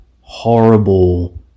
horrible